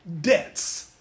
debts